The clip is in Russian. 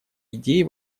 идеи